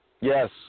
Yes